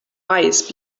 wise